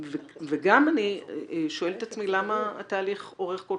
וגם אני שואלת את עצמי למה התהליך אורך כל